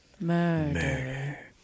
murder